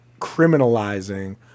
criminalizing